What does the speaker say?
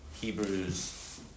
Hebrews